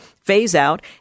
phase-out